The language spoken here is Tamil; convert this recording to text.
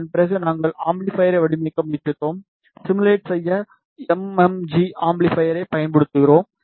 அதன் பிறகு நாங்கள் அம்பிளிபைரை வடிவமைக்க முயற்சித்தோம் சிமுலேட் செய்ய எம் எம் ஜி அம்பிளிபைரை பயன்படுத்துகிறோம்